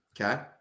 Okay